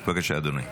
בבקשה, אדוני.